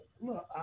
look